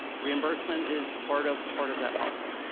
reimbursement is part of part of that policy.